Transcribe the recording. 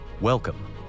Welcome